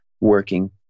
working